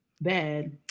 Bad